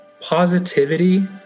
positivity